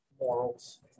morals